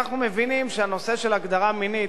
עכשיו, אנחנו מבינים שנושא של הגדרה מינית,